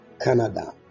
Canada